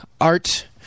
art